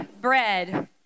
bread